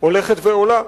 הולך ועולה.